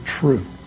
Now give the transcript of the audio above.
true